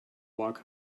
walk